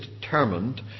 determined